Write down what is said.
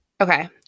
okay